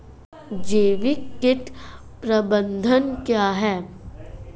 जैविक कीट प्रबंधन क्या है?